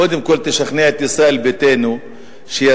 קודם כול תשכנע את ישראל ביתנו שישימו